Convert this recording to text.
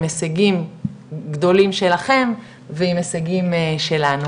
הישגים גדולים שלכם ועם הישגים שלנו,